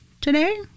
today